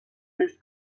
rius